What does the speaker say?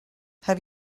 have